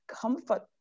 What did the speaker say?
comfort